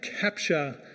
capture